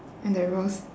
and they'll roast